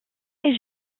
est